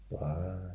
bye